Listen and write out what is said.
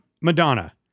Madonna